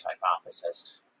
hypothesis